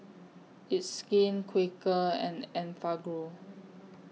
It's Skin Quaker and Enfagrow